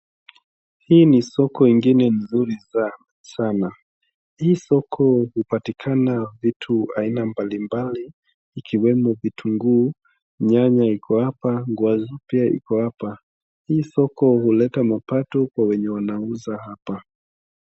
Hii ni soko ingine mzuri sana. ii soko hupatikana vitu aina mbalimbali ikiwemo vitunguu, nyanya iko hapa viazi pia iko hapa. Hii soko huleta mapato kwa wenye wanauza hapa.